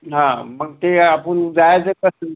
हा मग ते आपण जायचं का ट्रिप